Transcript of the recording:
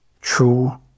True